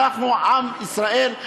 אנחנו עם ישראל,